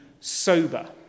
sober